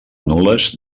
nul·les